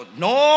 no